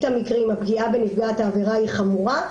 המקרים הפגיעה בנפגעת העבירה היא חמורה,